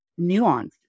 nuanced